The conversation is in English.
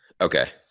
Okay